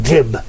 Jib